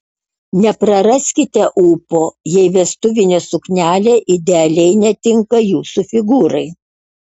nepraraskite ūpo jei vestuvinė suknelė idealiai netinka jūsų figūrai